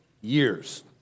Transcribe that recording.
years